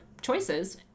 choices